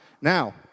Now